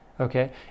okay